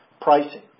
pricing